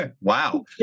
Wow